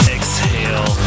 Exhale